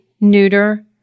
neuter